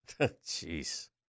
Jeez